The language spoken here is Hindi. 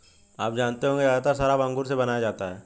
आप जानते होंगे ज़्यादातर शराब अंगूर से बनाया जाता है